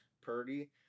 Purdy